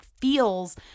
feels